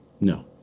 No